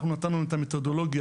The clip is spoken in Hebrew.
אנחנו נתנו את המתודולוגיה,